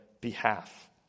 behalf